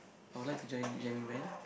I would like to join jamming band